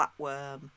flatworm